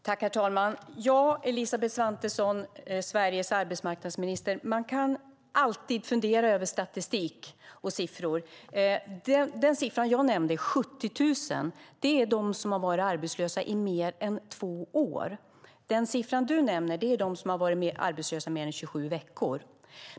Herr talman! Ja, Elisabeth Svantesson, Sveriges arbetsmarknadsminister, man kan alltid fundera över statistik och siffror. Den siffra jag nämnde, 70 000, är de som har varit arbetslösa i mer än två år. Den siffra du nämner är de som har varit arbetslösa i mer än 27 veckor.